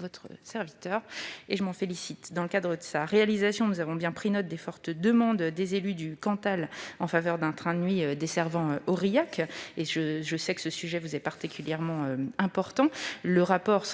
votre serviteur- et je m'en félicite. Dans le cadre de la réalisation de ce rapport, nous avons pris note des fortes demandes des élus du Cantal en faveur d'un train de nuit desservant Aurillac. Je sais que ce sujet vous est particulièrement important. Le rapport